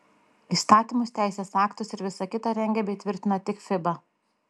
įstatymus teisės aktus ir visa kita rengia bei tvirtina tik fiba